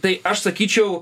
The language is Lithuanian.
tai aš sakyčiau